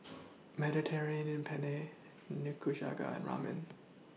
Mediterranean Penne Nikujaga and Ramen